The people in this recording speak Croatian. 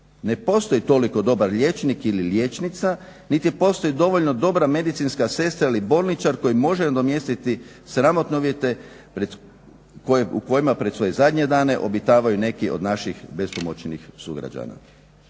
Ne postoji toliko dobar liječnik ili liječnica, niti postoji dovoljno dobra medicinska sestra ili bolničar koji može nadomjestiti sramotne uvjete u kojima pred svoje zadnje dane obitavaju neki od naših bespomoćnih sugrađana.